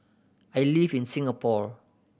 I live in Singapore